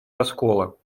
раскола